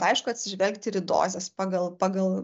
aišku atsižvelgti ir į dozes pagal pagal